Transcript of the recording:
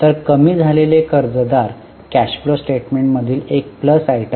तर कमी झालेले कर्जदार कॅश फ्लो स्टेटमेंट मधील एक प्लस आयटम आहे